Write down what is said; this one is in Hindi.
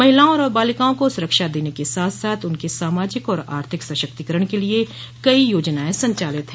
महिलाओं और बालिकाओं को सुरक्षा देने के साथ साथ उनके सामाजिक और आर्थिक सशक्तिकरण के लिए कई योजनायें संचालित हैं